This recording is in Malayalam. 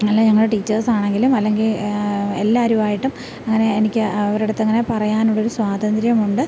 അല്ലെങ്കിൽ ഞങ്ങളുടെ ടീച്ചേഴ്സ് ആണെങ്കിലും അല്ലെങ്കിൽ എല്ലാവരുമായിട്ടും അങ്ങനെ എനിക്ക് അവരുടെ അടുത്ത് അങ്ങനെ പറയാനുള്ളൊരു സ്വാതന്ത്ര്യമുണ്ട്